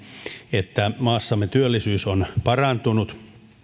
että maassamme työllisyys on parantunut